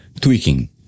tweaking